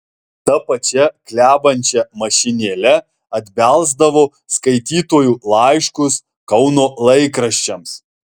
ta pačia klebančia mašinėle atbelsdavo skaitytojų laiškus kauno laikraščiams